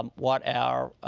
um what our